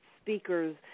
speakers